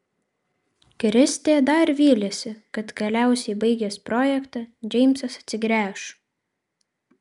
kristė dar vylėsi kad galiausiai baigęs projektą džeimsas atsigręš